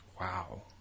Wow